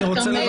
כרמל,